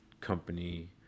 company